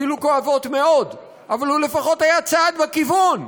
אפילו כואבות מאוד, אבל הוא לפחות היה צעד בכיוון.